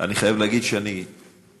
אני חייב להגיד שאני עקבתי,